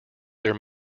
their